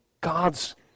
God's